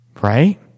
right